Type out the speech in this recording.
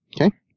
Okay